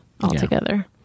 altogether